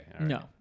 No